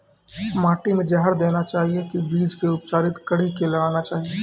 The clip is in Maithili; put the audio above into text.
माटी मे जहर देना चाहिए की बीज के उपचारित कड़ी के लगाना चाहिए?